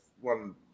one